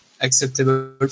acceptable